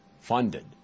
funded